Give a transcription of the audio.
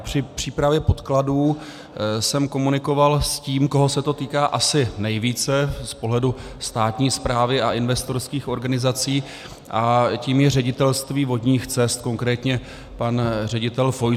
Při přípravě podkladů jsem komunikoval s tím, koho se to týká asi nejvíce z pohledu státní správy a investorských organizací, a tím je Ředitelství vodních cest, konkrétně pan ředitel Fojtů.